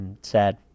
sad